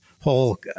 whole